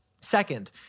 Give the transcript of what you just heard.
Second